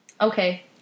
Okay